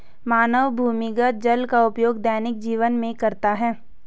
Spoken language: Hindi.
मानव भूमिगत जल का उपयोग दैनिक जीवन में करता है